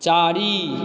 चारि